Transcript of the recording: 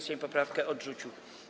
Sejm poprawkę odrzucił.